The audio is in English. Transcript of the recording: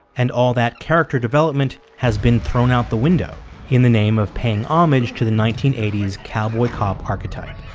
and all that character development has been thrown out the window in the name of paying homage to the nineteen eighty s cowboy cop archetype